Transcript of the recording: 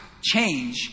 change